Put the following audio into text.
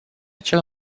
cel